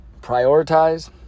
prioritize